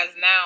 now